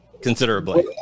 considerably